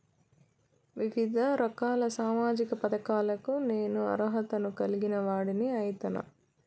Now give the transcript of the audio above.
వివిధ రకాల సామాజిక పథకాలకు నేను అర్హత ను కలిగిన వాడిని అయితనా?